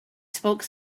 spoke